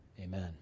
Amen